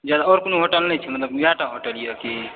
एतऽ आओर कोनो होटल नहि यऽ इएहटा होटल यऽ की